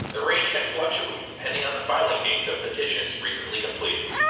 the range can fluctuate depending on the filing dates of petitions recently completed.